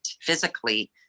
physically